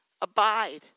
abide